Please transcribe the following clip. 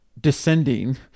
descending